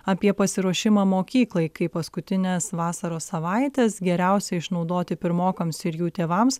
apie pasiruošimą mokyklai kaip paskutines vasaros savaites geriausia išnaudoti pirmokams ir jų tėvams